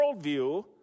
worldview